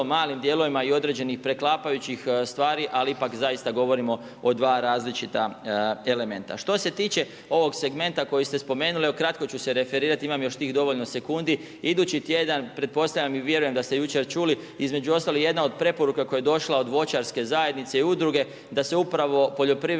malim dijelovima i određenih preklapajućih stvari, ali ipak zaista govorimo o 2 različita elementa. Što se tiče ovog segmenta koji ste spomenuli, kratko ću se referirati, imam još tih dovoljno sekundi, idući tjedan, pretpostavljam i vjerujem da ste jučer čuli, između ostalog i jedna od preporuka koja je došla od voćarske zajednice i udruge da se upravo poljoprivrednim